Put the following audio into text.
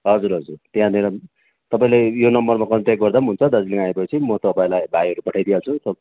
हजुर हजुर त्यहाँनिर तपाईँले यो नम्बरमा कन्ट्याक गर्दा पनि हुन्छ दार्जिलिङ आएपछि म तपाईँलाई भाइहरू पठाइदिइहाल्छु